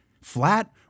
flat